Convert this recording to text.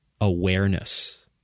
awareness